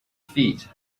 feet